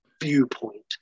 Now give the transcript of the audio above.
viewpoint